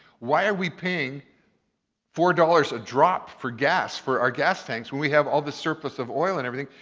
why are we paying four dollars a drop for gas for our gas tanks when we have all this surplus of oil and everything,